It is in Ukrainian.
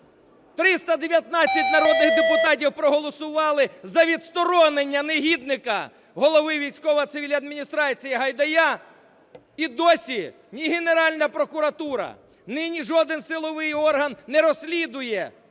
319 народних депутатів проголосували за відсторонення негідника – голови військово-цивільної адміністрації Гайдая. І досі ні Генеральна прокуратура, ні жоден силовий орган не розслідує